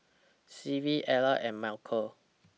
Clive Ellar and Malcom